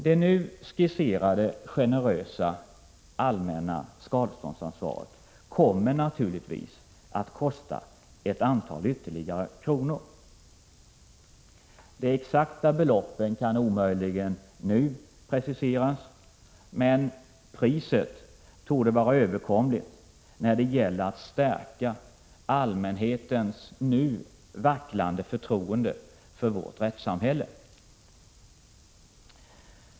Det nu skisserade generösa allmänna skadeståndsansvaret kommer naturligtvis att kosta ett antal ytterligare kronor. De exakta beloppen kan omöjligen nu preciseras. Men priset torde vara överkomligt när det gäller att stärka allmänhetens nu vacklande förtroende för vårt rättssamhälle.